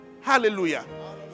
Hallelujah